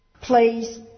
Please